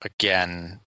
again